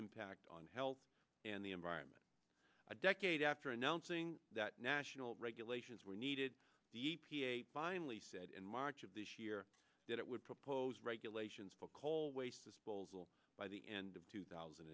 impact on health and the environment a decade after announcing that national regulations were needed the e p a by and lee said in march of this year that it would propose regulations for coal waste disposal by the end of two thousand